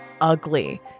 ugly